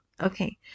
Okay